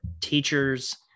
teachers